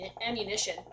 ammunition